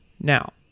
Now